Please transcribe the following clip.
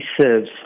serves